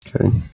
Okay